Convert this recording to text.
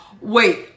Wait